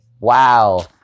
Wow